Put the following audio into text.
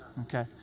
okay